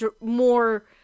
more